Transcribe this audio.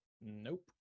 nope